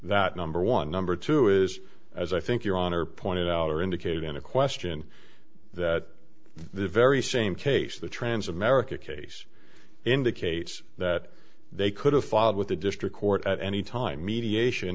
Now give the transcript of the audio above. that number one number two is as i think your honor pointed out or indicated in a question that the very same case the trans america case indicates that they could have filed with the district court at any time mediation